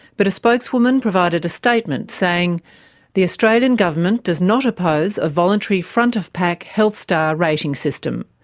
but a spokeswoman provided a statement saying the australian government does not oppose a voluntary front-of-pack health star rating system.